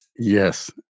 Yes